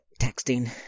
texting